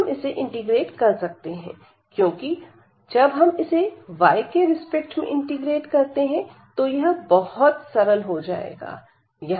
अब हम इसे इंटीग्रेट कर सकते हैं क्योंकि जब हम इसे y के रिस्पेक्ट में इंटीग्रेट करते हैं तो यह बहुत सरल हो जाता है